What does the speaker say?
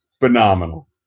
phenomenal